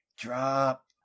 drop